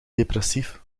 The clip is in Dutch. depressief